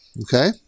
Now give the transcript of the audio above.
Okay